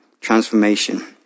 transformation